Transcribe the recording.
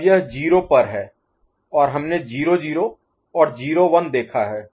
अब यह 0 पर है और हमने 0 0 और 0 1 देखा है